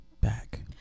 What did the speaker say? back